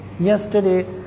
Yesterday